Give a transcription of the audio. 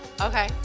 okay